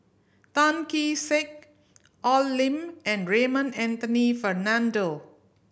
Tan Kee Sek Al Lim and Raymond Anthony Fernando